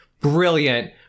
Brilliant